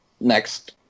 next